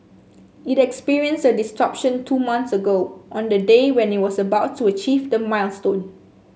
it experienced a disruption two months ago on the day when it was about to achieve the milestone